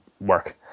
work